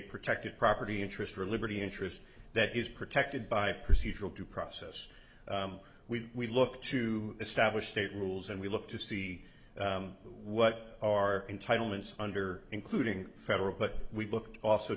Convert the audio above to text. protected property interest or liberty interest that is protected by procedural due process we look to establish state rules and we look to see what our entitlements under including federal but we booked also